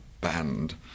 banned